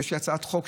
יש לי הצעת חוק,